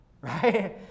right